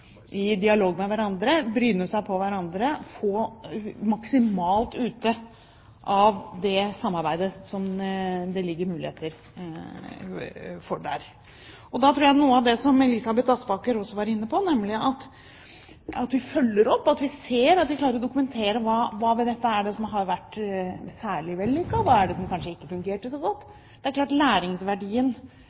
i dialog med hverandre, bryne seg på hverandre, få maksimalt ut av det samarbeidet som det ligger muligheter for der. Noe av dette var også Elisabeth Aspaker inne på, nemlig at vi følger opp, at vi klarer å dokumentere hva ved dette som har vært særlig vellykket, og hva som kanskje ikke fungerte så godt. Det er klart at læringsverdien